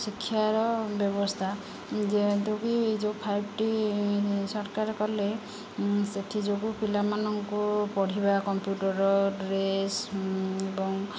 ଶିକ୍ଷାର ବ୍ୟବସ୍ଥା ଯେହେତୁ କି ଯେଉଁ ଫାଇପ୍ ଟି ସରକାର କଲେ ସେଥିଯୋଗୁଁ ପିଲାମାନଙ୍କୁ ପଢ଼ିବା କମ୍ପ୍ୟୁଟର ଡ୍ରେସ୍ ଏବଂ